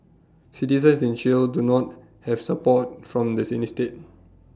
citizens in Chile do not have support from does in neat state